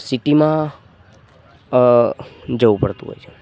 સિટિમાં જવું પડતું હોય છે